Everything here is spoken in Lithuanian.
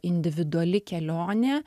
individuali kelionė